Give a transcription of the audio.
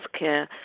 healthcare